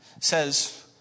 says